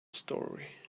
story